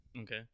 Okay